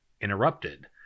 interrupted